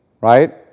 right